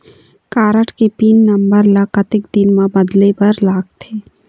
Card के PIN number ला कतक दिन म बदले बर लगथे?